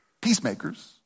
peacemakers